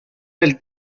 del